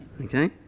okay